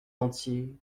entier